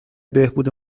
بهبود